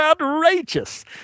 outrageous